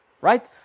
right